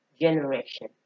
generation